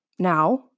Now